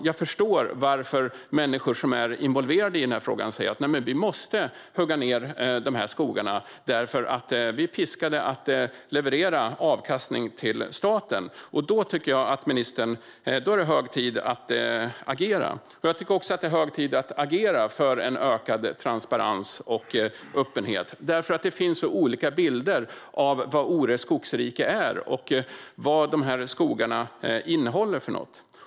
Jag förstår varför människor som är involverade i frågan säger att vi måste hugga ned de här skogarna därför att vi är piskade att leverera avkastning till staten. Då tycker jag att det är hög tid att ministern agerar. Jag tycker också att det är hög tid att agera för ökad transparens och öppenhet eftersom det finns så olika bilder av vad Ore skogsrike är och vad dessa skogar innehåller.